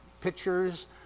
pictures